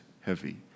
heavy